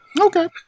Okay